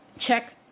check